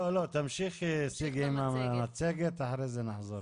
לא, סיגי תמשיך במצגת, ואחרי זה נחזור ל...